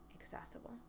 accessible